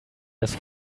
das